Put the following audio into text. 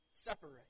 separate